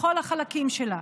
לכל החלקים שלה,